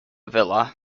villa